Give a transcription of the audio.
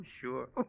sure